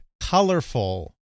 colorful